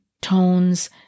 tones